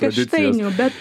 kaštainių bet